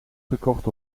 gekocht